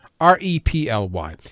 R-E-P-L-Y